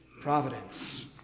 providence